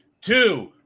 two